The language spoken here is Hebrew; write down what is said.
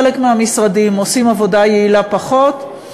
חלק מהמשרדים עושים עבודה יעילה פחות.